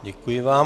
Děkuji vám.